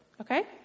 okay